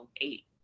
eight